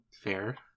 Fair